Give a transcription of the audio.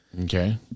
Okay